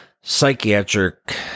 psychiatric